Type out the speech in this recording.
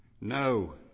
No